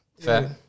fair